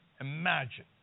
imagine